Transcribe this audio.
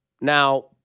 Now